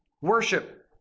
worship